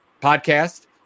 podcast